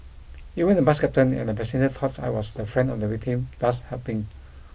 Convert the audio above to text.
even the bus captain and a passenger thought I was the friend of the victim thus helping